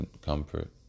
comfort